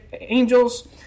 angels